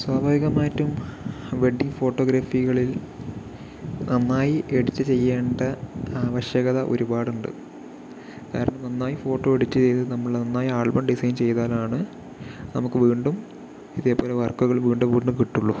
സ്വാഭാവികമായിട്ടും വെഡ്ഡിങ് ഫോട്ടോഗ്രാഫികളിൽ നന്നായി എഡിറ്റ് ചെയ്യേണ്ട ആവശ്യകത ഒരുപാട് ഉണ്ട് കാരണം നന്നായി ഫോട്ടോ എഡിറ്റ് ചെയ്ത് നമ്മൾ നന്നായി ആൽബം ഡിസൈൻ ചെയ്താലാണ് നമുക്ക് വീണ്ടും ഇതേപോലെ വർക്കുകൾ വീണ്ടും വീണ്ടും കിട്ടുള്ളൂ